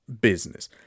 business